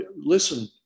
listen